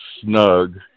snug